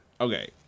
Okay